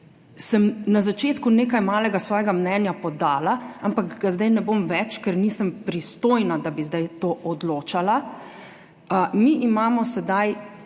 sem na začetku nekaj malega svojega mnenja podala, ampak ga zdaj ne bom več, ker nisem pristojna, da bi zdaj tu odločala. Mi imamo sedaj